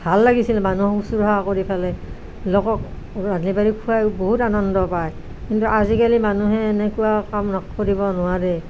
ভাল লাগিছিল মানুহক শুশ্ৰূষা কৰি ফেলে লোকক ৰান্ধি বাঢ়ি খুৱাইও বহুত আনন্দ পায় কিন্তু আজিকালি মানুহে এনেকুৱা কাম কৰিব নোৱাৰে